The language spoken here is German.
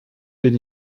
bin